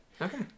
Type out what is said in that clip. Okay